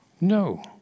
No